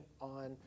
on